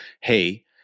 Hey